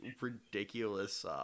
ridiculous